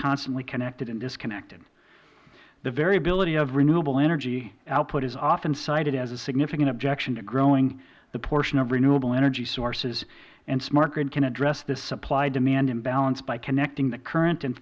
constantly connected and disconnected the variability of renewable energy output is often cited as a significant objection to growing the portion of renewable energy sources and smart grid can address this supplydemand imbalance by connecting the current and